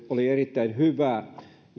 oli erittäin hyvää